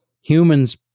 humans